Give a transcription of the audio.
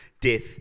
death